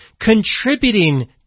contributing